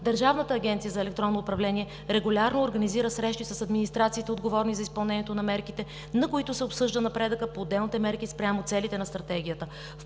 Държавната агенция за електронно управление регулярно организира срещи с администрациите, отговорни за изпълнението на мерките, на които се обсъжда напредъкът по отделните мерки спрямо целите на Стратегията.